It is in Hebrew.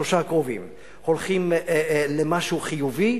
שלושת השבועות הקרובים הולכים למשהו חיובי,